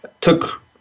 took